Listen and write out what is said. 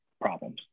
problems